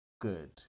good